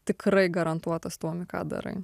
tikrai garantuotas tuomi ką darai